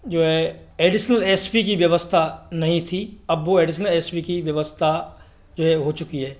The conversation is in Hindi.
जो है एडिशनल एस पी की व्यवस्था नहीं थी अब वो एडिशनल एस पी की व्यवस्था जो है हो चुकी है